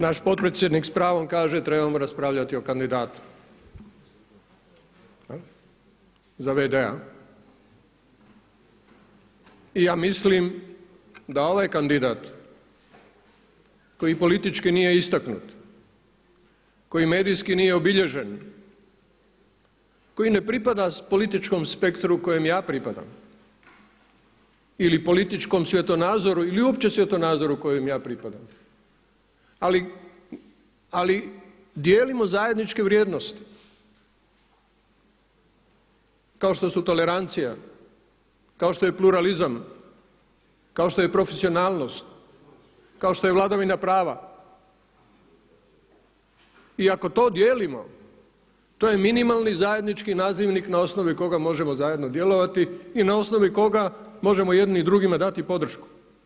Naš potpredsjednik s pravom kaže trebamo raspravljati o kandidatu za v.d.-a i ja mislim da ovaj kandidat koji politički nije istaknut, koji medijski nije obilježen, koji ne pripada političkom spektru kojem ja pripadam ili političkom svjetonazoru ili uopće svjetonazoru kojem ja pripadam, ali dijelimo zajedničke vrijednosti kao što su tolerancija, kao što je pluralizam, kao što je profesionalnost, kao što je vladavina prava i ako to dijelimo, to je minimalni zajednički nazivnik na osnovi koga možemo zajedno djelovati i na osnovi koga možemo jedni drugima dati podršku.